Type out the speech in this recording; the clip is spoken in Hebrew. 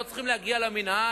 הם לא צריכים להגיע למינהל,